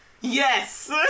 yes